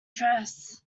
dress